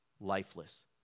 lifeless